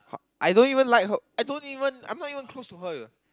I don't even like her I don't even I'm not even close to her